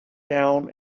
down